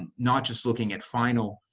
and not just looking at final,